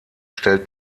stellt